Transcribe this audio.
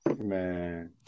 Man